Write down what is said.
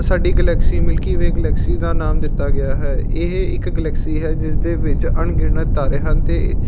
ਸਾਡੀ galaxy Milky Way galaxy ਦਾ ਨਾਮ ਦਿੱਤਾ ਗਿਆ ਹੈ ਇਹ ਇੱਕ ਗਲੈਕਸੀ ਹੈ ਜਿਸ ਦੇ ਵਿੱਚ ਅਣਗਿਣਤ ਤਾਰੇ ਹਨ ਅਤੇੇ ਏ